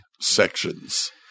sections